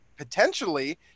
potentially